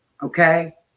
Okay